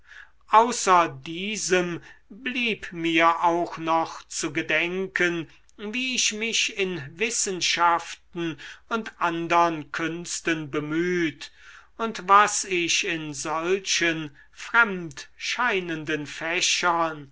außer diesem blieb mir auch noch zu gedenken wie ich mich in wissenschaften und andern künsten bemüht und was ich in solchen fremd scheinenden fächern